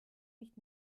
nicht